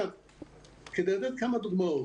כדי לתת כמה דוגמאות.